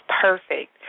perfect